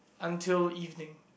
until evening